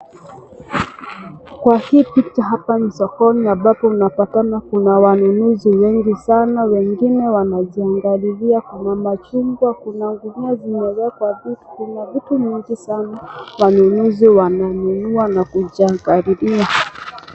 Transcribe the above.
Kwa ii picha hapa ni sokoni ambapo unapatana kuna wanunuzi wengi sana wengine wanajiangalilia kuna machungwa kuna kunia zimewekwa juu kuna vitu mingi sana wanunuzi wananunua na kujiangalilia.